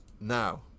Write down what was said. Now